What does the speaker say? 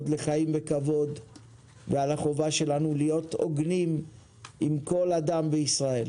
לחיים בכבוד ועל החובה שלנו להיות הוגנים עם כל אדם בישראל.